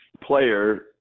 player